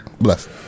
Bless